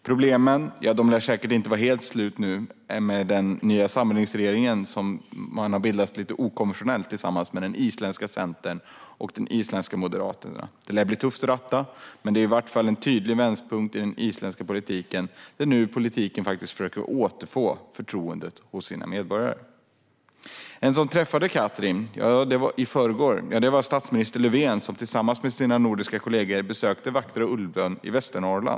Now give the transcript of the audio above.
Problemen lär inte vara helt slut nu för den nya samlingsregering som man bildat lite okonventionellt tillsammans med den isländska centern och de isländska moderaterna. Det lär bli tufft att ratta. Men det är i varje fall en tydlig vändpunkt i den isländska politiken, som nu ska försöka återfå förtroendet från sina medborgare. En som träffade Katrín i förrgår var statsministern Löfven, som tillsammans med sina nordiska kollegor besökte vackra Ulvön i Västernorrland.